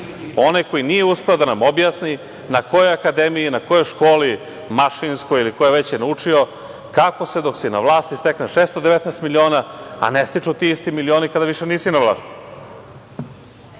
Onaj koji nije uspeo da nam objasni na kojoj akademiji, na kojoj školi mašinskoj ili kojoj već je naučio kako, dok si na vlasti stekne 619 miliona, a ne stiču ti isti milioni kada više nisi na vlasti.